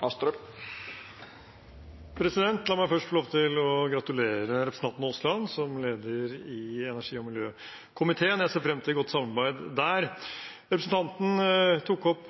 La meg først få lov til å gratulere representanten Aasland som leder i energi- og miljøkomiteen. Jeg ser frem til et godt samarbeid der. Representanten tok opp